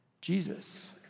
Jesus